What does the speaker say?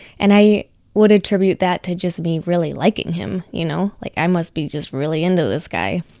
and i would attribute that to just me really liking him. you know, like i must be just really into this guy